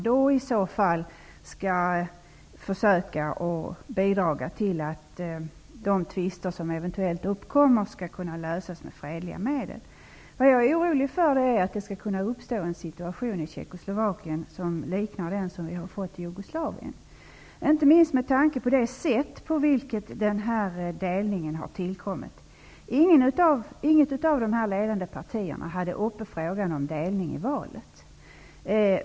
Då skall man försöka bidra till att de tvister som eventuellt uppkommer skall kunna lösas med fredliga medel. Jag är orolig för att det skall uppstå en situation i Tjeckoslovakien som liknar den i Jugoslavien, inte minst med tanke på det sätt på vilket den här delningen har tillkommit. Inget av de ledande partierna hade frågan om delning uppe i valrörelsen.